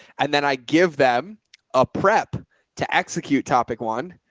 and then i give them a prep to execute topic one,